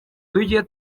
tujye